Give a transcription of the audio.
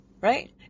Right